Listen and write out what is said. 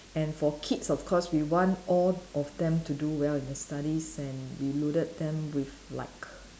and for kids of course we want all of them to do well in their studies and we loaded them with like